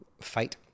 fight